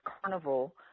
Carnival